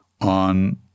on